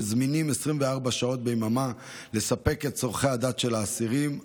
שזמינים 24 שעות ביממה לספק את צורכי הדת של האסירים.